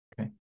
Okay